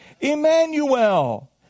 Emmanuel